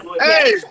Hey